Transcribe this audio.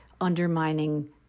undermining